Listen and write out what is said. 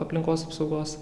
aplinkos apsaugos